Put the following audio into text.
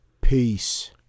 Peace